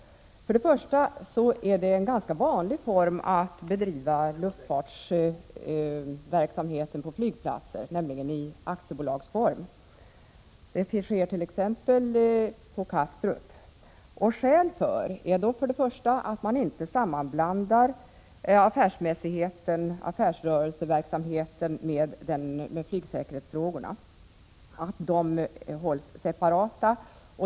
Det är ganska vanligt att verksamheten på flygplatser drivs i aktiebolagsform. Det sker t.ex. på Kastrup. Skälet är först och främst att affärsrörelseverksamheten inte skall sammanblandas med flygsäkerhetsfrågorna, som bör skötas separat.